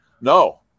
No